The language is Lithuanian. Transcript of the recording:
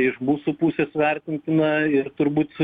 iš mūsų pusės vertintina ir turbūt